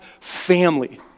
family